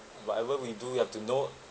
whatever we do we have to know